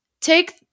take